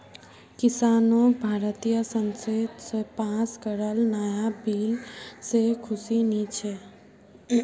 किसानक भारतीय संसद स पास कराल नाया बिल से खुशी नी छे